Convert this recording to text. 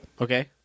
Okay